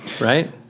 right